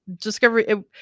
Discovery